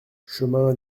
chemin